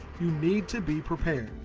you need to be prepared.